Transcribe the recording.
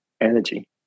energy